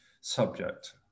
subject